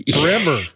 forever